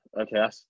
Okay